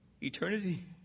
eternity